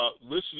listening